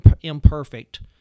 imperfect